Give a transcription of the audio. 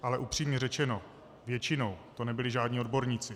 Ale upřímně řečeno, většinou to nebyli žádní odborníci.